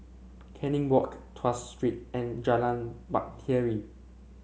Canning Walk Tuas Street and Jalan Bahtera